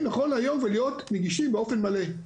נכון להיום להיות נגישים באופן מלא,